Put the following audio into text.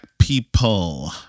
people